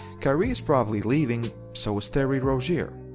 kyrie is probably leaving, so is terry rozier,